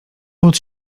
but